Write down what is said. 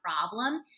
problem